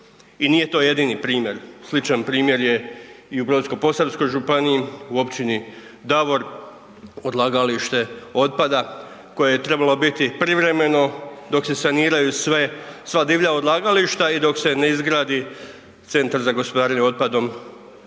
I nije to jedini primjer. Sličan primjer je i u Brodsko-posavskoj županiji u Općini Davor odlagalište otpada koje je trebalo biti privremeno dok se saniraju sva divlja odlagališta i dok se ne izgradi centar za gospodarenje otpadom